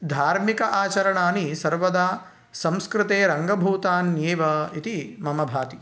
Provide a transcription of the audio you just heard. धार्मिक आचरणानि सर्वदा संस्कृतेरङ्गभूतान्येव इति मम भाति